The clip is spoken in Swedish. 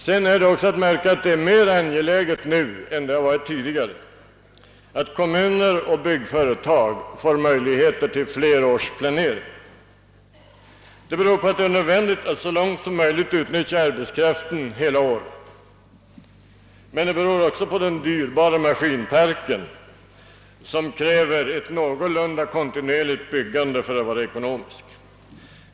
Att märka är också att det är mer angeläget nu än tidigare att kommuner och byggnadsföretag får möjligheter till flerårsplanering. Det beror på att det är nödvändigt att så långt som möjligt utnyttja arbetskraften hela året, men det beror också på den dyrbara maskinparken som kräver ett någorlunda kontinuerligt byggande för att vara ekonomisk.